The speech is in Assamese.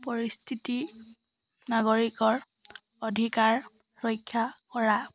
পৰিস্থিতি নাগৰিকৰ অধিকাৰ ৰক্ষা কৰা